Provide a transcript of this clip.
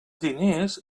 diners